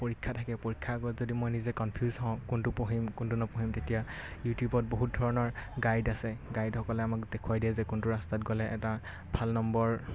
পৰীক্ষা থাকে পৰীক্ষাৰ আগত যদি মই নিজে কনফিউজ হওঁ কোনটো পঢ়িম কোনটো নপঢ়িম তেতিয়া ইউটিউবত বহুত ধৰণৰ গাইড আছে গাইডসকলে আমাক দেখুৱাই দিয়ে যে কোনটো ৰাস্তাত গ'লে এটা ভাল নম্বৰ